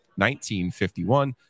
1951